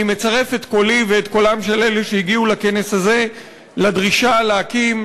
אני מצרף את קולי ואת קולם של אלה שהגיעו לכנס הזה לדרישה להקים,